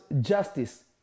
justice